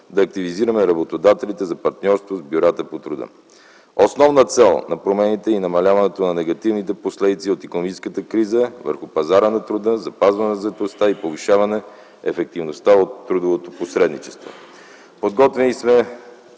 да активизираме работодателите за партньорство с бюрата по труда. Основна цел на промените е намаляването на негативните последици от икономическата криза върху пазара на труда, запазване на заетостта и повишаване ефективността от трудовото посредничество. Подготвили сме